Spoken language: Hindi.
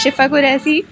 शिफ़ा क़ुरैशी